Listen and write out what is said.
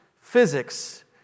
physics